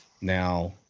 Now